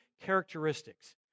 characteristics